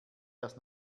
das